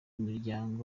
imiryango